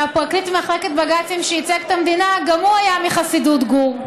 והפרקליט ממחלקת בג"צים שייצג את המדינה גם הוא היה מחסידות גור.